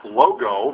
logo